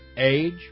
Age